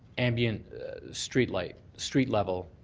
ambient street light, street level